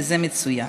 וזה מצוין.